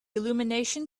illumination